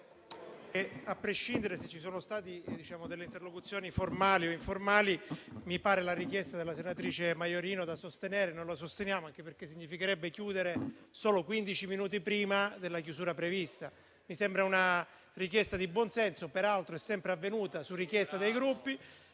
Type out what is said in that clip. a prescindere dal fatto che vi siano state delle interlocuzioni formali o informali, a noi sembra che la richiesta della senatrice Maiorino sia da sostenere. Noi la sosteniamo, anche perché significherebbe chiudere solo quindici minuti prima dell'orario di chiusura previsto. Mi sembra una richiesta di buonsenso che, peraltro, è sempre avvenuta su richiesta dei Gruppi.